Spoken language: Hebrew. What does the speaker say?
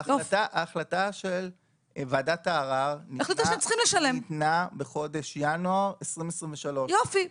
ההחלטה של ועדת הערר ניתנה בחודש ינואר 2023. יופי,